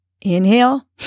Inhale